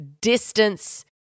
distance